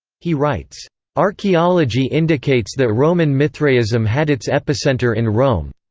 he writes archaeology indicates that roman mithraism had its epicenter in rome.